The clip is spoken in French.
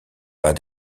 pas